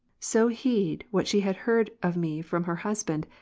so heed what she had heard of me from her husband,